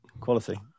Quality